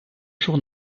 jour